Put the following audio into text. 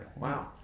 Wow